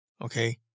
Okay